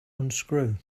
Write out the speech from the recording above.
unscrew